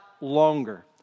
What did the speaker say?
longer